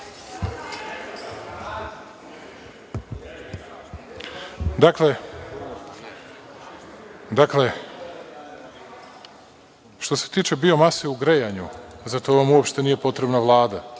Dakle, što se tiče biomase u grejanju, za to vam uopšte nije potrebna Vlada.